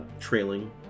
trailing